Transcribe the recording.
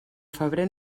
febrer